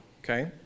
okay